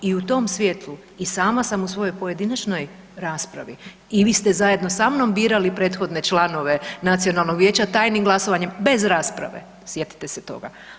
I u tom svjetlu i sama sam u svojoj pojedinačnoj raspravi i vi ste zajedno sa mnom birali prethodne članove nacionalnog vijeća tajnim glasovanjem bez rasprave, sjetite se toga.